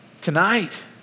tonight